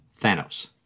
Thanos